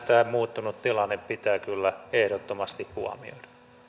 tämä muuttunut tilanne pitää kyllä ehdottomasti huomioida